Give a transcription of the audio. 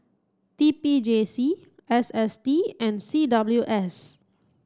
T P J C S S T and C W S